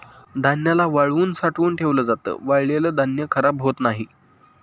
धान्याला वाळवून साठवून ठेवल जात, वाळलेल धान्य खराब होत नाही